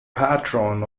patron